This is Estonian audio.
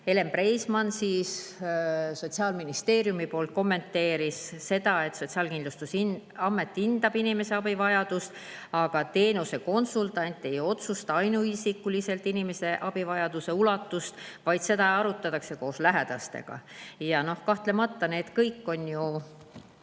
Elen Preimann Sotsiaalministeeriumist kommenteeris seda nii, et Sotsiaalkindlustusamet hindab inimese abivajadust, aga teenuse konsultant ei otsusta ainuisikuliselt inimese abivajaduse ulatust, vaid seda arutatakse koos lähedastega. Ja need kõik on ju